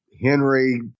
Henry